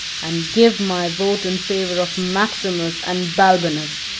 and give my vote in favor of maximus and balbinus.